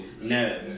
no